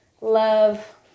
Love